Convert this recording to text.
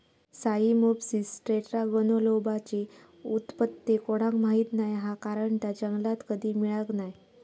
Cyamopsis टेट्रागोनोलोबाची उत्पत्ती कोणाक माहीत नाय हा कारण ता जंगलात कधी मिळाक नाय